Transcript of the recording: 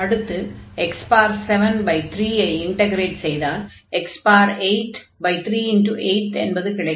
அடுத்து x73 ஐ integrate செய்தால் x83×8 என்பது கிடைக்கும்